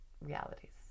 realities